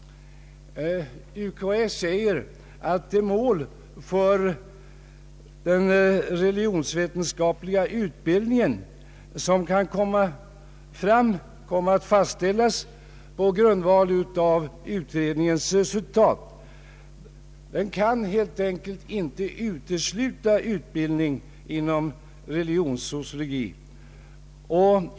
UKAÄ säger att de mål för den religionsvetenskapliga utbildningen som kan komma att fastställas på grundval av utredningens resultat helt enkelt inte kan utesluta utbildning i religionssociologi.